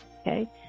okay